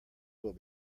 will